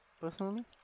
personally